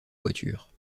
voiture